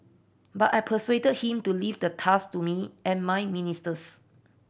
but I persuaded him to leave the task to me and my ministers